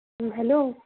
hello